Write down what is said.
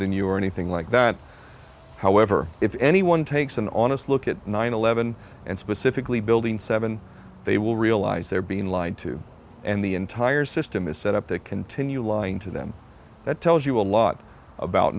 than you or anything like that however if anyone takes an honest look at nine eleven and specifically building seven they will realize they're being lied to and the entire system is set up to continue lying to them that tells you a lot about